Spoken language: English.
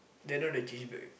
then now they change back